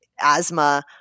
asthma